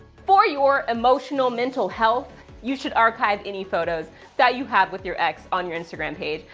for your emotional mental health, you should archive any photos that you have with your ex on your instagram page.